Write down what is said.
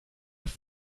were